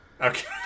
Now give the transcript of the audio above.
okay